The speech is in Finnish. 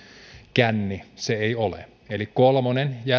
känni eli kolmonen